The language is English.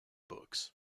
books